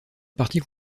partie